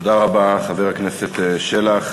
תודה רבה, חבר הכנסת שלח.